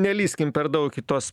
nelįskim per daug į tuos